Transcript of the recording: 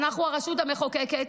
אנחנו הרשות המחוקקת,